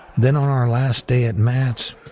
then on our last day at mats,